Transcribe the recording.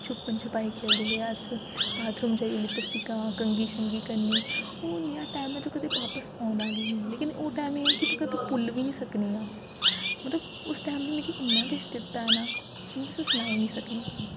छुप्पन छुपाई खेलदे हे अस बाथरूम जाइयै लिप्स्टिकां कंघी शंघी करनी ओह् नेहा टैम ऐ जो कदें बापस औना गै नि ऐ लेकिन ओह् टैम एह् ऐ कि में कभी भुल्ल बी नि सकनी आं मतलब उस टैम ने मिगी इन्ना किश दित्ता ऐ ना में तुसेंगी सनाई नि सकनी